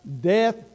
death